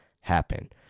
happen